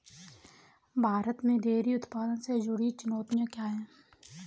भारत में डेयरी उत्पादन से जुड़ी चुनौतियां क्या हैं?